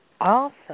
Awesome